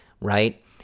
right